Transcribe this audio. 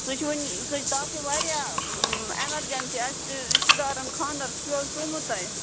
سُہ چھُ وُنہِ تَتھ چھُ واریاہ ایمَرجینسی اَسہِ چھُ رِشتہٕ دارَن خانٛدر سُہ چھُے حظ سُومُت تۄہہِ